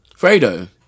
Fredo